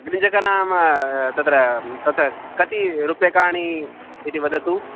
गृञ्जक नाम तत्र तत् कति रूप्यकाणि इति वदतु